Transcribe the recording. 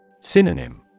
Synonym